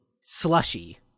slushy